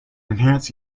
enhance